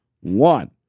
one